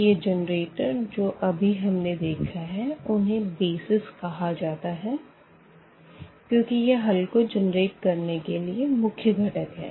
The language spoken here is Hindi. तो यह जनरेटर जो अभी हमने देखे है उन्हें बेसिस कहा जाता है क्यूँकि यह हल को जनरेट करने के लिए मुख्य घटक है